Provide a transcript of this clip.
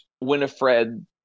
winifred